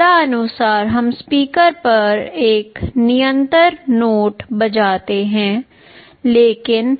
तदनुसार हम स्पीकर पर एक निरंतर नोट बजाते हैं लेकिन